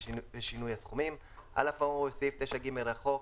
ושינוי הסכומים על אף האמור בסעיף 9(ג) לחוק,